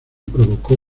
provocó